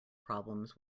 problems